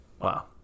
wow